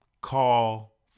Call